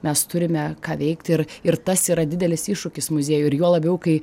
mes turime ką veikt ir ir tas yra didelis iššūkis muziejui ir juo labiau kai